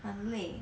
很累